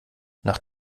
nach